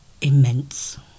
immense